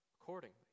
accordingly